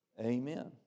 Amen